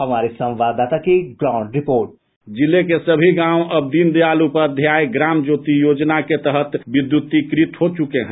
हमारे संवाददाता की ग्राउंड रिपोर्ट साउंड बाईट जिले के सभी गांव अब दीनदयाल उपाध्याय ग्राम ज्योति योजना के तहत विद्युतीकृत हो चुके हैं